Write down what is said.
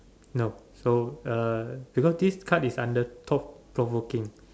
no so uh because this card is under thought provoking